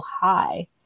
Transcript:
high